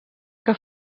que